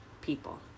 people